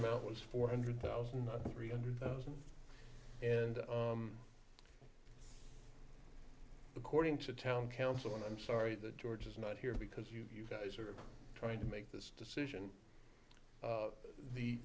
amount was four hundred thousand three hundred thousand and according to town council and i'm sorry that george is not here because you guys are trying to make this decision